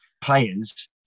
players